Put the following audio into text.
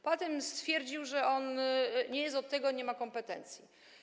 Potem stwierdził, że on nie jest od tego i nie ma kompetencji.